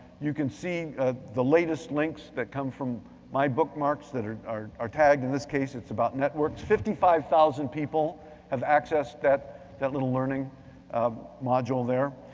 you can see ah the latest links that come from my bookmarks that are are tagged, in this case, it's about networks. fifty five thousand people have accessed that that little learning um module there.